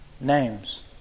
names